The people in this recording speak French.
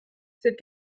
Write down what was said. cette